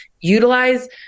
utilize